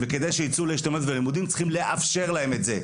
וכדי שהם ייצאו להשתלמויות וללימודים צריכים לאפשר להם את זה.